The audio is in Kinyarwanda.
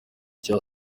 cya